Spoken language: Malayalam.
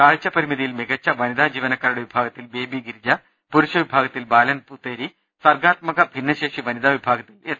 കാഴ്ച്ച പരിമിതി യിൽ മികച്ച വനിതാ ജീവനക്കാരുടെ വിഭാഗത്തിൽ ബേബി ഗിരിജ പുരുഷ വിഭാഗത്തിൽ ബാലൻ പൂത്തേരി സർഗാത്മക ഭിന്നശേഷി വനിതാ വിഭാഗത്തിൽ എസ്